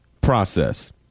process